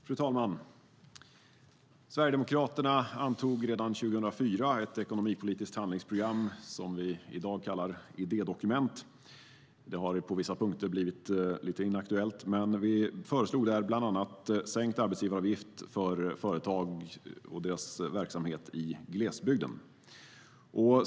Fru talman! Sverigedemokraterna antog redan år 2004 ett ekonomipolitiskt handlingsprogram som vi i dag kallar idédokument. Det har på vissa punkter blivit lite inaktuellt, men vi föreslog där bland annat sänkt arbetsgivaravgift för företag och deras verksamhet i glesbygden.